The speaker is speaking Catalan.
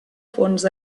fons